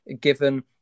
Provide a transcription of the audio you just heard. given